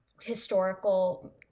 historical